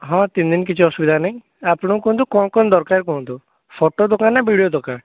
ହଁ ତିନ୍ ଦିନ୍ କିଛି ଅସୁବିଧା ନାଇଁ ଆପଣ କୁହନ୍ତୁ କ'ଣ କ'ଣ ଦରକାର କୁହନ୍ତୁ ଫଟୋ ଦରକାର୍ ନା ଭିଡ଼ିଓ ଦରକାର୍